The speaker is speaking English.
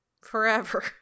forever